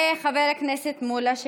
וחבר הכנסת מולה,